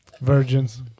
Virgins